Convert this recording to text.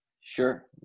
Sure